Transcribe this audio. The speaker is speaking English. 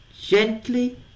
gently